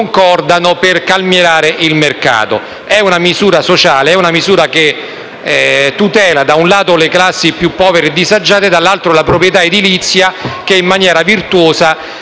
locali per calmierare il mercato. È una misura sociale, una misura che tutela da un lato le classi più povere e disagiate e dall'altro la proprietà edilizia che, in maniera virtuosa,